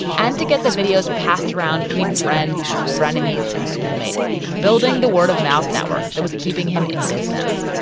and to get the videos passed around between friends, frenemies and schoolmates building the word of mouth network that was keeping him in business.